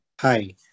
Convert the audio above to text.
Hi